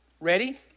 Ready